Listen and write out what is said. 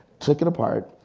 took them apart,